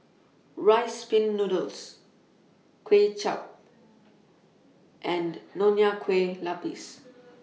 Rice Pin Noodles Kway Chap and Nonya Kueh Lapis